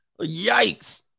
Yikes